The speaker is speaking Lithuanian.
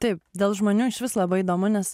taip dėl žmonių išvis labai įdomu nes